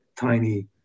tiny